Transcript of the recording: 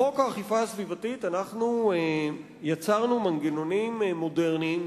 בחוק האכיפה הסביבתית יצרנו מנגנונים מודרניים,